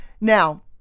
Now